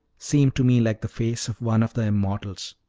seemed to me like the face of one of the immortals.